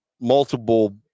multiple